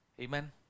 amen